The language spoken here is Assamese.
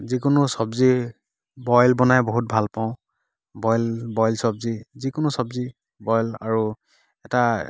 যিকোনো চব্জি বইল বনাই বহুত ভাল পাওঁ বইল বইল চব্জি যিকোনো চব্জি বইল আৰু এটা